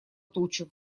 тучу